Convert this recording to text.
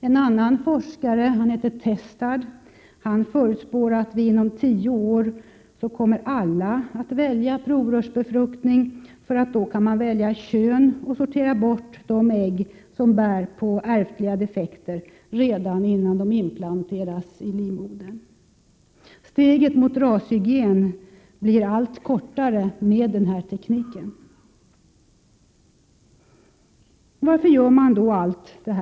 En forskare, Testart, förutspår att alla inom tio år kommer att välja provrörsbefruktning, eftersom det då blir möjligt att välja kön och sortera bort de ägg som bär på ärftliga defekter redan innan de implanteras i livmodern. Steget mot rashygien blir allt kortare med denna teknik. Varför gör man då allt detta?